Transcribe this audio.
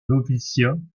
noviciat